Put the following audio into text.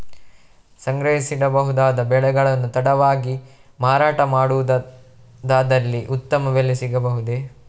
ಸಂಗ್ರಹಿಸಿಡಬಹುದಾದ ಬೆಳೆಗಳನ್ನು ತಡವಾಗಿ ಮಾರಾಟ ಮಾಡುವುದಾದಲ್ಲಿ ಉತ್ತಮ ಬೆಲೆ ಸಿಗಬಹುದಾ?